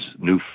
new